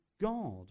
God